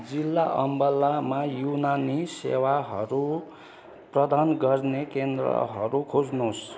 जिल्ला अम्बालामा युनानी सेवाहरू प्रदान गर्ने केन्द्रहरू खोज्नुहोस्